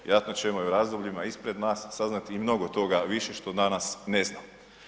Vjerojatno ćemo i u razdobljima ispred nas saznati i mnogo toga više što danas ne znamo.